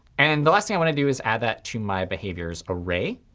and the last thing i want to do is add that to my behaviors array.